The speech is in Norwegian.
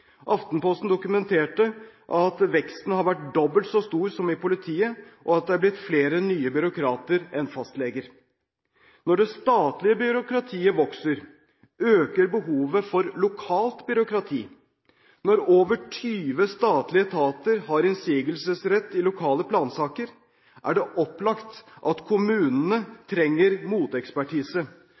Aftenposten dokumenterte at veksten har vært dobbelt så stor som i politiet, og det har blitt flere nye byråkrater enn fastleger. Når det statlige byråkratiet vokser, øker behovet for lokalt byråkrati. Når over 20 statlige etater har innsigelsesrett i lokale plansaker, er det opplagt at kommunene trenger motekspertise.